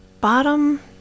bottom